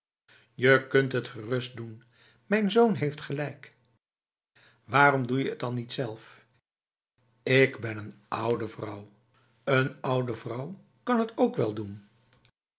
je kunt het gerust doen mijn zoon heeft gelijk waarom doe je het dan niet zelf ik ben een oude vrouw een oude vrouw kan het ook wel doenf